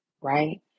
right